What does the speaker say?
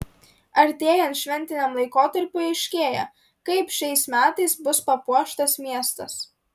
artėjant šventiniam laikotarpiui aiškėja kaip šiais metais bus papuoštas miestas